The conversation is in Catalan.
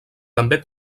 també